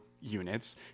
units